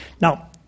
Now